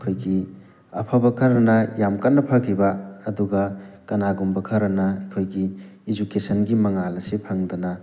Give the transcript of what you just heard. ꯑꯈꯣꯏꯒꯤ ꯑꯐꯕ ꯈꯔꯅ ꯌꯥꯝ ꯀꯟꯅ ꯐꯈꯤꯕ ꯑꯗꯨꯒ ꯀꯅꯥꯒꯨꯝꯕ ꯈꯔꯅ ꯑꯩꯈꯣꯏꯒꯤ ꯏꯖꯨꯀꯦꯁꯟꯒꯤ ꯃꯉꯥꯜ ꯑꯁꯦ ꯐꯪꯗꯅ